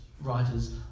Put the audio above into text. writers